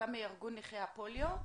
אתה מארגון נכי הפוליו.